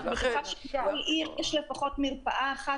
ואני בטוחה שבכל עיר יש לפחות מרפאה אחת